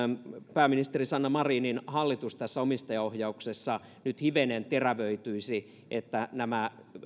pääministeri sanna marinin hallitus tässä omistajaohjauksessa nyt hivenen terävöityisi että nämä